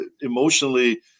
emotionally